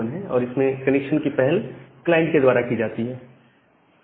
और इसमें कनेक्शन की पहल क्लाइंट के द्वारा की जाती है